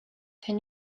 can